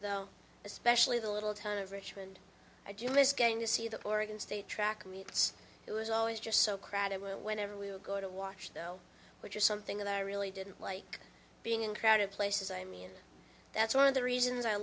though especially the little time richmond i do miss going to see the oregon state track meets it was always just so crowded were whenever we would go to watch though which is something that i really didn't like being in crowded places i mean that's one of the reason